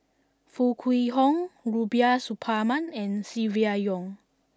Foo Kwee Horng Rubiah Suparman and Silvia Yong